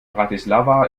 bratislava